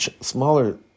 smaller